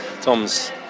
Tom's